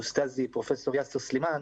פרופ' יאסר סולימאן,